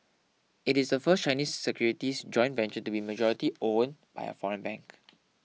it is the first Chinese securities joint venture to be majority owned by a foreign bank